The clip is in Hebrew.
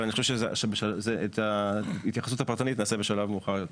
אבל אני חושב שאת ההתייחסות הפרטנית נעשה בשלב מאוחר יותר.